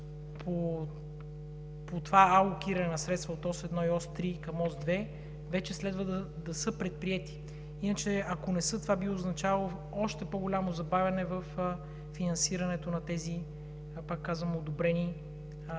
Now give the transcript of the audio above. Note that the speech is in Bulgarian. по това алокиране на средства от Ос 1 и Ос 3 към Ос 2 вече следва да са предприети. Иначе ако не са, това би означавало още по-голямо забавяне във финансирането на тези, пак казвам, вече одобрени качествени